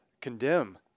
condemn